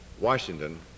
Washington